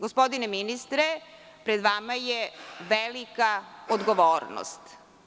Gospodine ministre, pred vama je velika odgovornost.